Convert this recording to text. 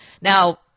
Now